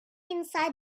inside